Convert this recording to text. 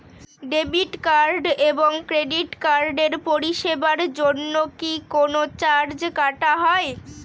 Debit card এবং credit কার্ডের পরিষেবার জন্য কি কোন চার্জ কাটা হয়?